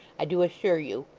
i do assure you.